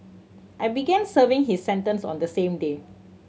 he began serving his sentence on the same day